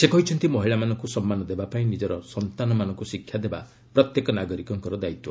ସେ କହିଛନ୍ତି ମହିଳାମାନଙ୍କୁ ସମ୍ମାନ ଦେବା ପାଇଁ ନିଜର ସନ୍ତାନମାନଙ୍କୁ ଶିକ୍ଷାଦେବା ପ୍ରତ୍ୟେକ ନାଗରିକଙ୍କ ଦାୟିତ୍ୱ